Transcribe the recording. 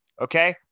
okay